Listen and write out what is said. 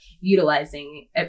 utilizing